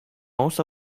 most